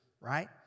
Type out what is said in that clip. right